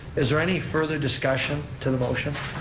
is there any further discussion to the motion?